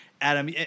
Adam